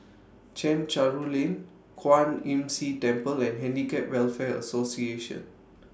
Chencharu Lane Kwan Imm See Temple and Handicap Welfare Association